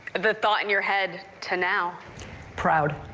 the thought in your head to now proud.